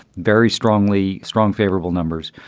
very strongly strong favorable numbers.